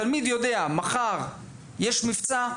תלמיד יודע מחר יש מבצע,